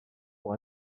pour